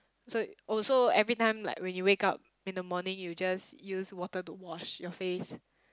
so oh so every time like when you wake up in the morning you just use water to wash your face